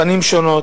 פנים שונות,